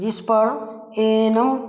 जिस पर A N M